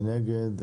מי נגד?